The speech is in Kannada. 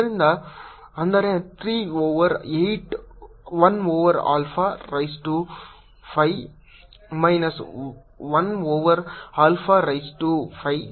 ಆದ್ದರಿಂದ ಅಂದರೆ 3 over 8 1 over alpha raise to 5 minus 1 over alpha raise to 5